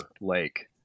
lake